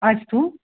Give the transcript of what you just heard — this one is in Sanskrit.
अस्तु